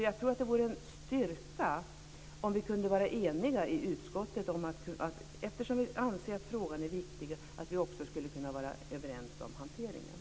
Jag tror att det vore en styrka om vi kunde vara eniga i utskottet och om vi, eftersom vi anser att frågan är viktig, också kunde vara överens om hanteringen.